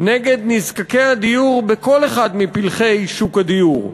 נגד נזקקי הדיור בכל אחד מפלחי שוק הדיור.